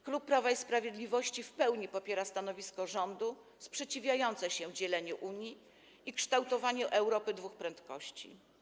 Klub Prawa i Sprawiedliwości w pełni popiera stanowisko rządu sprzeciwiające się dzieleniu Unii i kształtowaniu Europy dwóch prędkości.